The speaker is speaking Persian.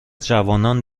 جوانان